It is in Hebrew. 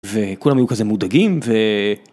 וכולם היו כזה מודאגים ו...